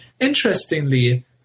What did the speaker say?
Interestingly